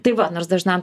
tai va nors dažnam